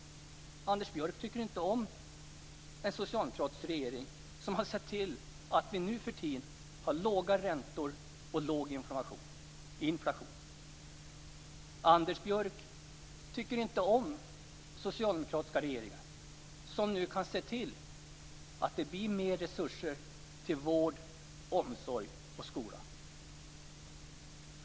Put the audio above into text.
Anders Björck tycker inte om en socialdemokratisk regering som har sett till att vi nu för tiden har låga räntor och låg inflation. Han tycker inte om en socialdemokratisk regering som nu kan se till att det blir mer resurser till vård, omsorg och skola.